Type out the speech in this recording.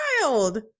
child